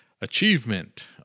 achievement